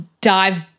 dive